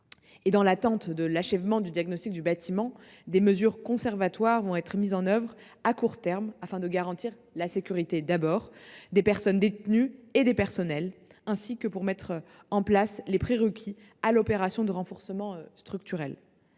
Dans l’attente de l’achèvement du diagnostic du bâtiment, des mesures conservatoires seront mises en œuvre à court terme, afin, tout d’abord, de garantir la sécurité des personnes détenues et des personnels, ensuite, de mettre en place les prérequis à l’opération de renforcement structurel.